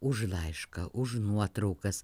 už laišką už nuotraukas